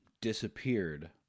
disappeared